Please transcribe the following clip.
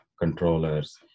controllers